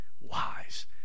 wise